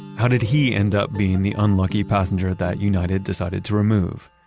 how did he end up being the unlucky passenger that united decided to remove?